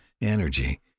energy